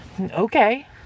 Okay